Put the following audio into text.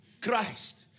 Christ